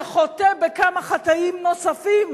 שחוטא בכמה חטאים נוספים